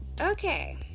Okay